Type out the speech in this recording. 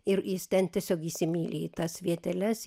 ir jis ten tiesiog įsimyli į tas vieteles